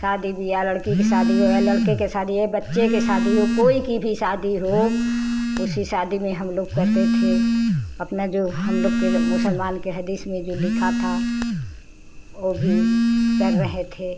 शादी ब्याह लड़की की शादी हो या लड़के के शादी है बच्चे के शादी हो कोई की भी शादी हो उसी शादी में हम लोग करते थे अपना जो हम लोग के मुसलमान के आदेश में जो लिखा था ओ भी कर रहे थे